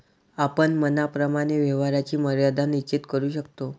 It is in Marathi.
आपण मनाप्रमाणे व्यवहाराची मर्यादा निश्चित करू शकतो